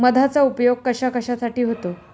मधाचा उपयोग कशाकशासाठी होतो?